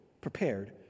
prepared